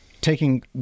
Taking